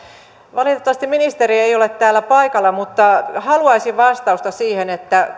valitettavasti ministeri ei ole täällä paikalla mutta haluaisin vastausta siihen että